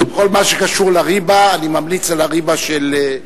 בכל מה שקשור לריבה אני ממליץ על הריבה של,